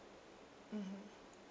mmhmm